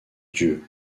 dieu